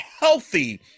healthy